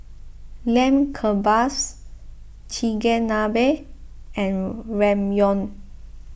Lamb Kebabs Chigenabe and Ramyeon